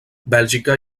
bèlgica